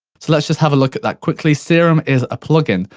let's let's just have a look at that, quickly, serum is a plugin.